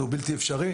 זה בלתי אפשרי,